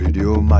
Radio